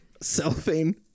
cellophane